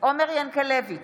עומר ינקלביץ'